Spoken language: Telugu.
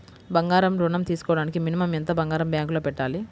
బంగారం ఋణం తీసుకోవడానికి మినిమం ఎంత బంగారం బ్యాంకులో పెట్టాలి?